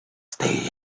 stay